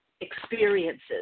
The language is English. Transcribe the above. experiences